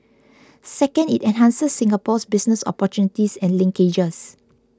second it enhances Singapore's business opportunities and linkages